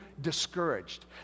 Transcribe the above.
discouraged